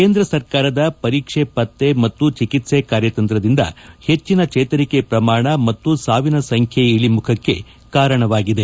ಕೇಂದ್ರ ಸರ್ಕಾರದ ಪರೀಕ್ಷೆ ಪತ್ತೆ ಮತ್ತು ಚಿಕಿತ್ಸೆ ಕಾರ್ಯತಂತ್ರದಿಂದ ಹೆಚ್ಚನ ಚೇತರಿಕೆ ಶ್ರಮಾಣ ಮತ್ತು ಸಾವಿನ ಸಂಖ್ಯೆ ಇಳಮುಖಕ್ಕೆ ಕಾರಣವಾಗಿದೆ